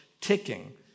ticking